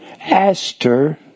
aster